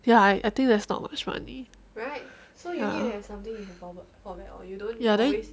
ya I I think there's not much money ya ya then